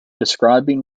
describing